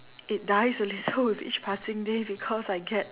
it dies a little with each passing day because I get